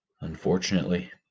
unfortunately